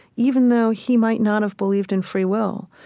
even though he might not have believed in free will,